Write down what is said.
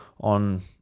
on